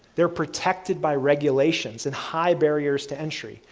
they're protected by regulations and high barriers to entry.